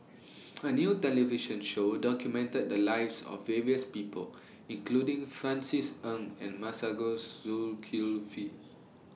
A New television Show documented The Lives of various People including Francis Ng and Masagos Zulkifli